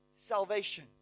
Salvation